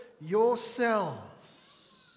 Yourselves